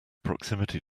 proximity